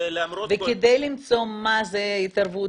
וכדי למצוא מה זה התערבות,